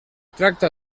tracta